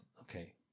Okay